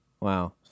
Wow